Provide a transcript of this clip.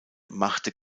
machte